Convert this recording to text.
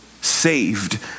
saved